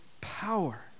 power